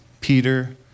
Peter